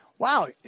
Wow